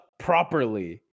properly